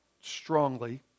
strongly